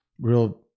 real